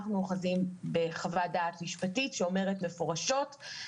אנחנו אוחזים בחוות דעת משפטית שאומרת במפורש,